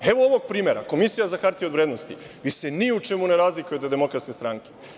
Evo, ovog primera – Komisija za hartije od vrednosti ni u čemu se ne razliku od Demokratske stranke.